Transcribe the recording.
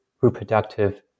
reproductive